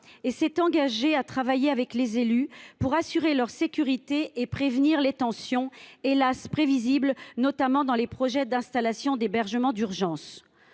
et s’est engagé à travailler avec les élus pour assurer leur sécurité et prévenir les tensions, hélas ! prévisibles, notamment dans les projets d’installation d’hébergement d’urgence.